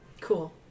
Cool